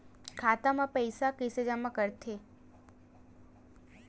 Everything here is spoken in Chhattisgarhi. खाता म पईसा कइसे जमा करथे?